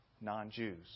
Non-Jews